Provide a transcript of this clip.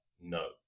no